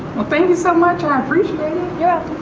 well thank you so much, i appreciate yeah it.